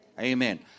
Amen